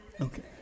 Okay